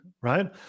right